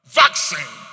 vaccine